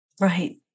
Right